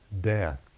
death